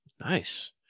nice